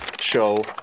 show